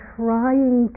trying